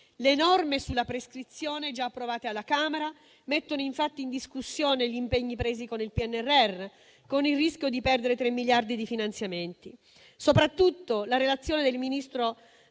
Le norme sulla prescrizione, già approvate alla Camera, mettono in discussione gli impegni presi con il PNRR, con il rischio di perdere tre miliardi di finanziamenti. Soprattutto, la relazione del ministro